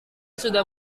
sudah